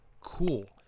cool